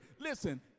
Listen